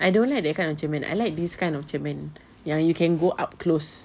I don't like that kind of cermin I like this kind of cermin yang you can go up close